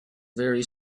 very